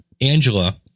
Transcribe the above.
Angela